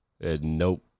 Nope